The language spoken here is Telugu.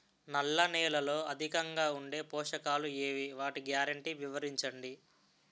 నల్ల నేలలో అధికంగా ఉండే పోషకాలు ఏవి? వాటి గ్యారంటీ వివరించండి?